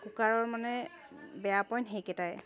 কুকাৰৰ মানে বেয়া পইণ্ট সেইকেইটাই